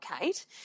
Kate